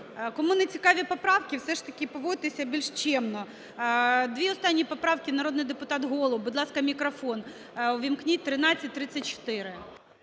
кому не цікаві поправки, все ж таки поводьтеся більш чемно. Дві останні поправки. Народний депутат Голуб. Будь ласка, мікрофон увімкніть. 1334.